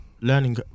learning